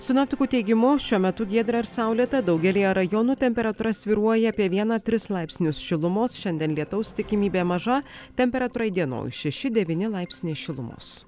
sinoptikų teigimu šiuo metu giedra ir saulėta daugelyje rajonų temperatūra svyruoja apie vieną tris laipsnius šilumos šiandien lietaus tikimybė maža temperatūra įdienojus šeši devyni laipsniai šilumos